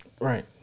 Right